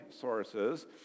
sources